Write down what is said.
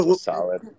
solid